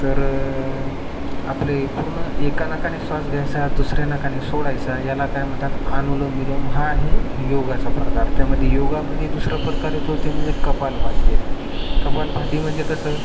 तर आपले पूर्ण एका नाकाने श्वास घ्यायचा दुसऱ्या नाकाने सोडायचा याला काय म्हणतात अनुलोम विलोम हा आहे योगाचा प्रकार त्यामध्ये योगामध्ये दुसरा प्रकार येतो ते म्हणजे कपालभाती येते कपालभाती म्हणजे कसं